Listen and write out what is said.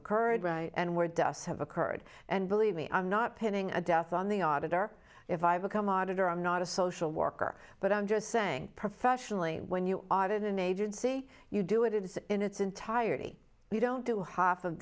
occurred and where dust have occurred and believe me i'm not pinning a death on the auditor if i become auditor i'm not a social worker but i'm just saying professionally when you audit an agency you do it it is in its entirety you don't do half of